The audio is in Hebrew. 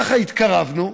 ככה התקרבנו,